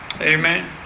Amen